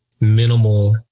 minimal